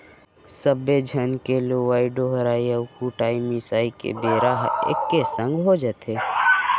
सब्बे झन के लुवई डोहराई अउ कुटई मिसाई के बेरा ह एके संग हो जाथे